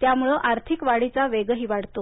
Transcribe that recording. त्यामुळं आर्थिक वाढीचा वेगही वाढतो